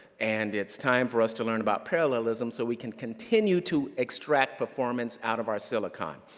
and it's time for us to learn about parallelisms so we can continue to extract performance out of our silicon.